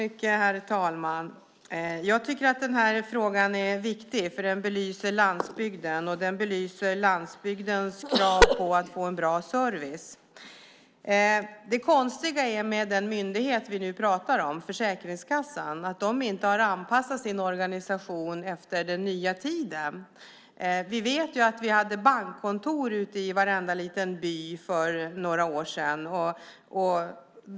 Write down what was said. Herr talman! Jag tycker att den här frågan är viktig, för den belyser landsbygden, och den belyser landsbygdens krav på att få en bra service. Det konstiga med den myndighet vi nu pratar om, Försäkringskassan, är att de inte har anpassat sin organisation efter den nya tiden. Vi vet ju att vi hade bankkontor ute i varenda liten by för några år sedan.